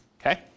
Okay